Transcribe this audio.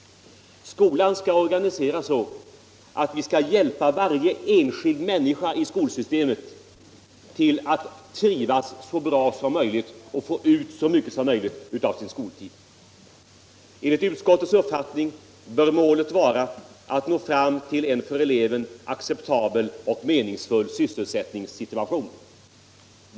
Skolan skall organiseras så att vi skall hjälpa varje enskild människa i skolsystemet till att trivas så bra som möjligt och få ut så mycket som möjligt av sin skoltid. Enligt utskottets mening bör målet vara att nå fram till en för eleven acceptabel och meningsfull sysselsättningssituation.